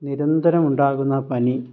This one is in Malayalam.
നിരന്തരം ഉണ്ടാകുന്ന പനി